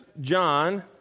John